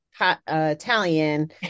Italian